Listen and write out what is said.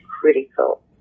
critical